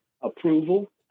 approval